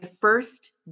first